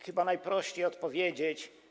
Chyba najprościej odpowiedzieć.